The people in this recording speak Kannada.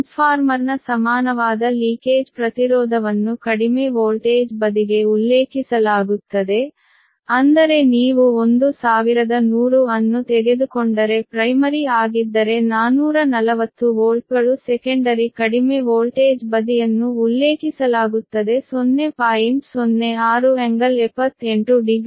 ಟ್ರಾನ್ಸ್ಫಾರ್ಮರ್ನ ಸಮಾನವಾದ ಲೀಕೇಜ್ ಪ್ರತಿರೋಧವನ್ನು ಕಡಿಮೆ ವೋಲ್ಟೇಜ್ ಬದಿಗೆ ಉಲ್ಲೇಖಿಸಲಾಗುತ್ತದೆ ಅಂದರೆ ನೀವು 1100 ಅನ್ನು ತೆಗೆದುಕೊಂಡರೆ ಪ್ರೈಮರಿ ಆಗಿದ್ದರೆ 440 ವೋಲ್ಟ್ಗಳು ಸೆಕೆಂಡರಿ ಕಡಿಮೆ ವೋಲ್ಟೇಜ್ ಬದಿಯನ್ನು ಉಲ್ಲೇಖಿಸಲಾಗುತ್ತದೆ 0